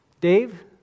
Dave